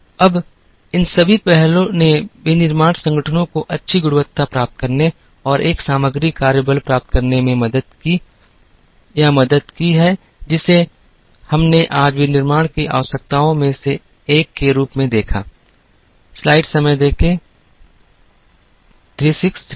अब इन सभी पहलों ने विनिर्माण संगठनों को अच्छी गुणवत्ता प्राप्त करने और एक सामग्री कार्य बल प्राप्त करने में मदद की या मदद की जिसे हमने आज विनिर्माण की आवश्यकताओं में से एक के रूप में देखा